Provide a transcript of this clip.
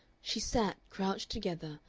she sat, crouched together,